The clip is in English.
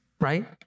right